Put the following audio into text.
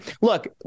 look